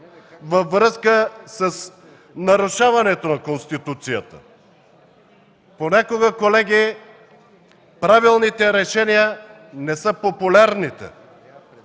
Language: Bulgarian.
във връзка с нарушаването на Конституцията. Понякога, колеги, правилните решения не са популярните